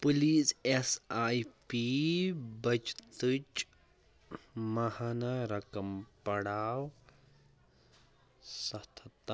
please S I P بَچتٕچ ماہانہ رقم پڑاو سَتھ ہَتھ تا